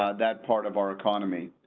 ah that part of our economy